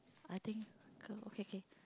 I think girl okay K